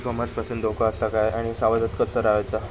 E commerce पासून धोको आसा काय आणि सावध कसा रवाचा?